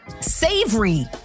savory